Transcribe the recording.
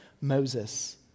Moses